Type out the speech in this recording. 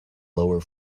lower